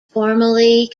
formerly